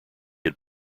had